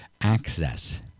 access